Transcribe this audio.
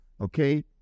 Okay